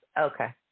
Okay